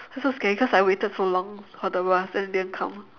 that's so scary cause I waited so long for the bus then it didn't come